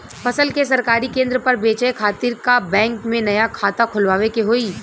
फसल के सरकारी केंद्र पर बेचय खातिर का बैंक में नया खाता खोलवावे के होई?